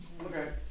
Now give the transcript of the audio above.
Okay